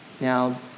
Now